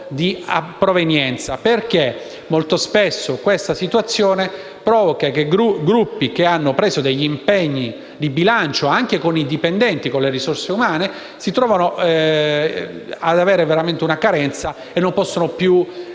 di provenienza, perché molto spesso questa situazione fa sì che Gruppi che hanno preso impegni di bilancio anche con i dipendenti, quindi con le risorse umane, si trovano ad avere una carenza e non possono più